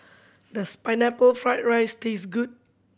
does Pineapple Fried rice taste good